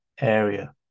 area